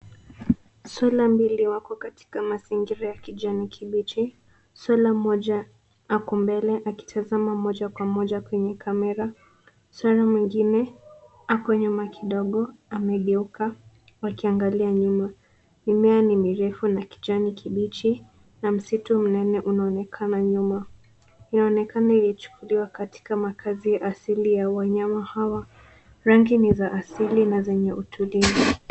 Swara mbili wako katika mazingira ya kijani kibichi, swara moja ako mbele akitazama moja kwa moja kwenye kamera, swara mwingine ako nyuma kidogo amegeuka wakiangalia nyuma. Mimea ni mirefu na kijani kibichi na msitu mnene unaonekana nyuma. Inaonekana ilichukuliwa katika makazi asili ya wanyama hawa. Rangi ni za asili na zenye utulivu.